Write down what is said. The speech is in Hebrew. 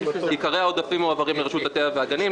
עיקרי העודפים מועברים לרשות הטבע והגנים,